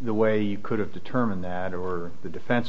the way you could have determined that or the defense